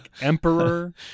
emperor